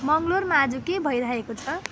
मङ्लोरमा आजु के भइराखेको छ